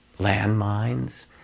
landmines